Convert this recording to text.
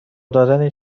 دادن